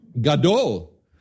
gadol